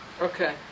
Okay